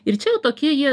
ir čia jau tokie jie